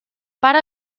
pare